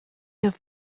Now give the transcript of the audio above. have